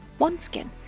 OneSkin